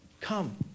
Come